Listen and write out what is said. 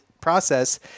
process